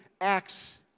Acts